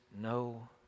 no